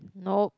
nope